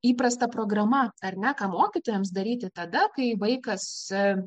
įprasta programa ar ne ką mokytojams daryti tada kai vaikas e